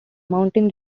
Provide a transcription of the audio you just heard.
mountain